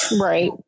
Right